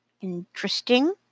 Interesting